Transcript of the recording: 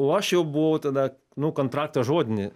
o aš jau buvau tada nu kontraktą žodinį